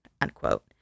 unquote